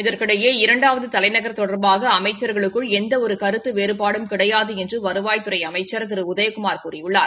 இதற்கிடையே இரண்டாவது தலைநகர் தொடர்பாக அமைச்சர்களுக்குள் எந்த கருத்து வேறுபாடும் கிடையாது என்று வருவாய்ததுறை அமைச்சர் திரு உதயகுமார் கூறியுள்ளார்